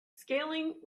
scaling